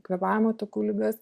kvėpavimo takų ligas